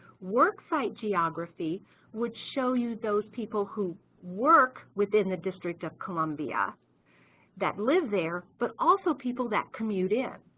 work site geography would show you those people who work within the district of columbia that live there but also people that commute in.